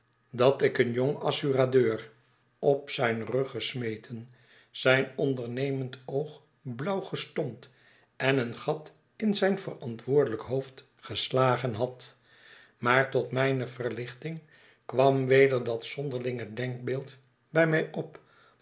dat ik een jong assuradeur op zijn rug gesmeten zijn ondernemend oog blauw gestompt en een gat in zijn verantwoordelyk hoofd gestagen had maar tot mijne verlichting kwam weder dat zonderlinge denkbeeld bij mij op